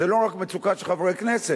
זו לא רק מצוקה של חברי כנסת,